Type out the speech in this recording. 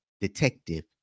detective